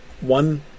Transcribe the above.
One